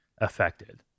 affected